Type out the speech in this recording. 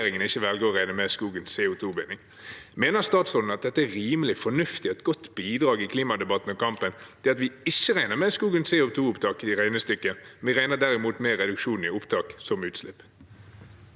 ikke å regne med skogens CO2-binding. Mener statsråden at dette er rimelig og fornuftig, og at det er et godt bidrag i klimadebatten og klimakampen at vi ikke regner med skogens CO2-opptak i regnestykket? Vi regner derimot med reduksjonen i opptak som utslipp.